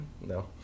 No